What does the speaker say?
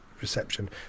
reception